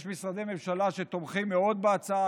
יש משרדי ממשלה שתומכים מאוד בהצעה,